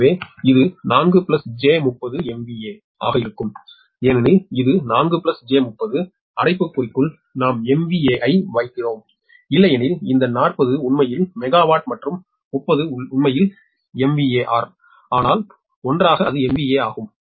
எனவே இது 4 j30 MVA ஆக இருக்கும் ஏனெனில் இது 4 j30 அடைப்புக்குறிக்குள் நாம் MVA ஐ வைக்கிறோம் இல்லையெனில் இந்த 40 உண்மையில் மெகாவாட் மற்றும் 30 உண்மையில் MVAR ஆனால் ஒன்றாக அது MVA ஆகும்